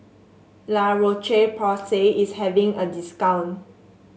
La Roche Porsay is having a discount